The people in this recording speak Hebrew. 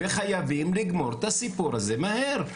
וחייבים לגמור את הסיפור הזה מהר,